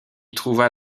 trouva